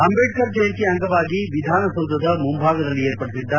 ಅಂಬೇಡ್ಕರ್ ಜಯಂತಿ ಅಂಗವಾಗಿ ವಿಧಾನಸೌಧದ ಮುಂಭಾಗದಲ್ಲಿ ಏರ್ಪಡಿಸಿದ್ದ